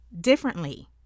differently